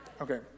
Okay